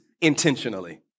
intentionally